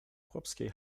chłopskiej